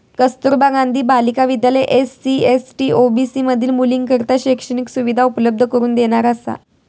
कस्तुरबा गांधी बालिका विद्यालय SC, ST, OBC मधील मुलींकरता शैक्षणिक सुविधा उपलब्ध करून देणारा असा